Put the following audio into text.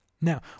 now